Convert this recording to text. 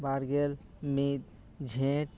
ᱵᱟᱨ ᱜᱮᱞ ᱢᱤᱫ ᱡᱷᱮᱸᱴ